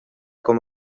com